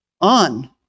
on